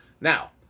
Now